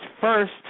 first